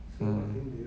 mm